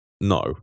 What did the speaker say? No